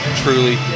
truly